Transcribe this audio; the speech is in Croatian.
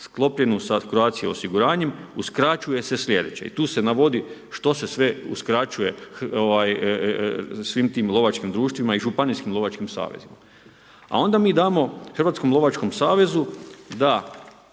sklopljenu sa Croatia osiguranjem, uskraćuje se sljedeće i tu se navodi što se sve uskraćuje svim tim lovačkim društvima i županijskim lovačkim savezima. A onda mi damo Hrvatskom lovačkom savezu da